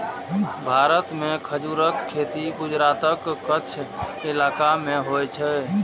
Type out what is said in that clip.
भारत मे खजूरक खेती गुजरातक कच्छ इलाका मे होइ छै